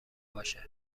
باشه